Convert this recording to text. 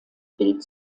bild